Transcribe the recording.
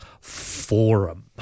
Forum